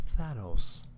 thanos